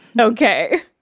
Okay